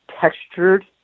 textured